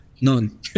None